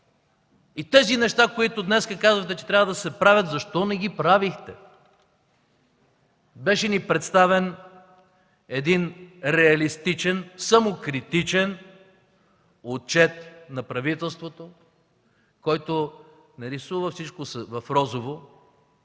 И тези неща, които казвате днес, че трябва да се правят, защо не ги правехте? Беше ни представен един реалистичен самокритичен отчет на правителството, който не рисува всичко в розово,